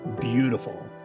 beautiful